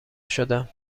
شدم